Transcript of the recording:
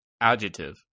adjective